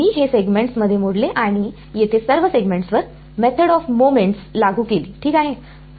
मी हे सेगमेंट्समध्ये मोडले आणि येथे सर्व सेगमेंट्स वर मेथड ऑफ मोमेंट्स लागू केली ठीक आहे